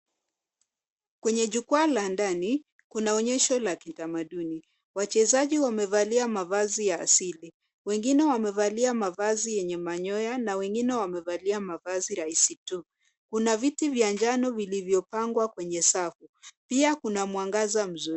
Kwenye jukwaa la ndani kuna onyesho la kitamaduni. Wachezaji wamevalia mavazi ya asili wengine wamevalia mavazi yenye manyoya na wengine wamevalia mavazi rahisi tu. Kuna viti vya njano vilivyopangwa kwenye safu pia kuna mwangaza mzuri.